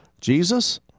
Jesus